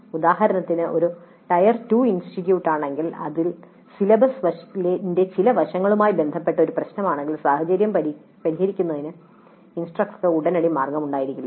ഉദാഹരണത്തിന് ഇത് ഒരു ടയർ II ഇൻസ്റ്റിറ്റ്യൂട്ടാണെങ്കിൽ അത് സിലബസിന്റെ ചില വശങ്ങളുമായി ബന്ധപ്പെട്ട ഒരു പ്രശ്നമാണെങ്കിൽ സാഹചര്യം പരിഹരിക്കുന്നതിന് ഇൻസ്ട്രക്ടർക്ക് ഉടനടി മാർഗമുണ്ടായിരിക്കില്ല